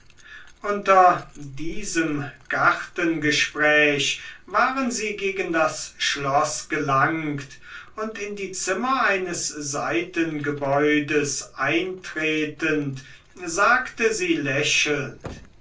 unter diesem gartengespräche waren sie gegen das schloß gelangt und in die zimmer eines seitengebäudes eintretend sagte sie lächelnd